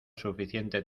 suficiente